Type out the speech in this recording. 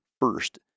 first